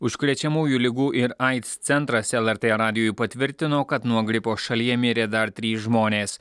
užkrečiamųjų ligų ir aids centras lrt radijui patvirtino kad nuo gripo šalyje mirė dar trys žmonės